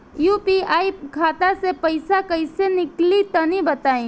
UPI खाता से पइसा कइसे निकली तनि बताई?